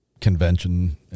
convention